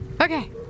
Okay